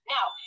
Now